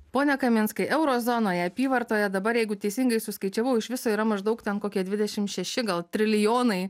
pone kaminskai euro zonoje apyvartoje dabar jeigu teisingai suskaičiavau iš viso yra maždaug ten kokia dvidešim šeši gal trilijonai